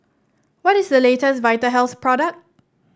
what is the latest Vitahealth product